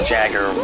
Jagger